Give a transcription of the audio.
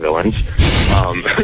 villains